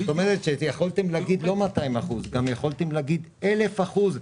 זאת אומרת שיכולתם להגיד לא 200 אחוז גם יכולתם להגיד 1000 אחוז,